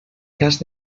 cas